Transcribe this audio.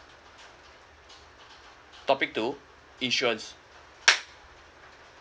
topic two insurance